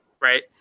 Right